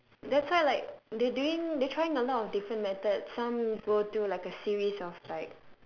that's why like they doing they trying a lot of different methods some go do like a series of